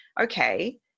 okay